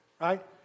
right